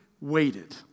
waited